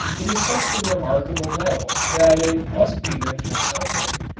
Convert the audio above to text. it is such a remarkable metal that it must be good for something.